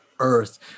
earth